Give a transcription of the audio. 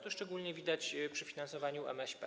To szczególnie widać przy finansowaniu MŚP.